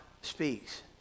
speaks